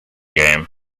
game